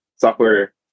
software